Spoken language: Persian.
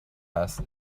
است